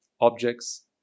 objects